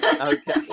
Okay